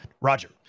Roger